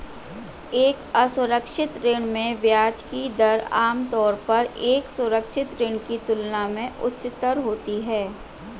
एक असुरक्षित ऋण में ब्याज की दर आमतौर पर एक सुरक्षित ऋण की तुलना में उच्चतर होती है?